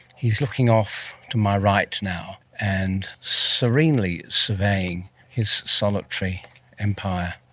he's looking off to my right now, and serenely surveying his solitary empire,